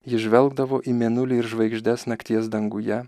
jis žvelgdavo į mėnulį ir žvaigždes nakties danguje